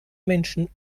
menschen